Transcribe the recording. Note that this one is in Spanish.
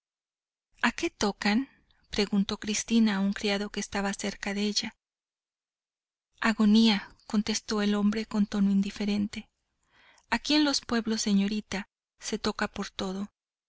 a qué tocan preguntó cristina a un criado que estaba cerca de ella a agonía contestó el hombre con tono indiferente aquí en los pueblos señorita se toca por todo